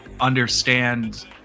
understand